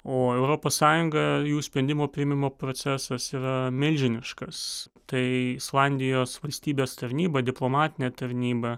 o europos sąjunga jų sprendimo priėmimo procesas yra milžiniškas tai islandijos valstybės tarnyba diplomatinė tarnyba